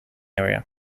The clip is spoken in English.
area